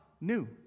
new